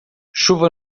chuva